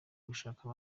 gushaka